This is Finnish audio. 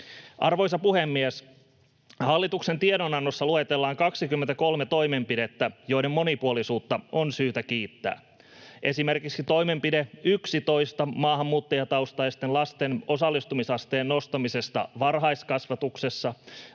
Arvoisa puhemies! Hallituksen tiedonannossa luetellaan 23 toimenpidettä, joiden monipuolisuutta on syytä kiittää — esimerkkeinä toimenpide 11 maahanmuuttajataustaisten lasten osallistumisasteen nostamisesta varhaiskasvatuksessa